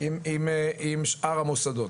עם שאר המוסדות.